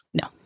no